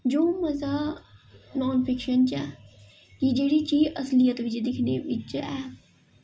जो मज़ा nonfiction च ऐ जेह्ड़ी चीज़ असलियत बिच्च दिक्खने बिच्च ऐ